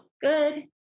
Good